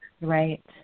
Right